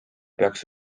peaks